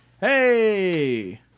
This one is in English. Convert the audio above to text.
Hey